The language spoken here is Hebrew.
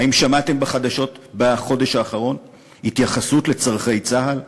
האם שמעתם בחדשות בחודש האחרון התייחסות לצורכי צה"ל?